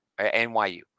NYU